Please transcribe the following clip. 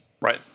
Right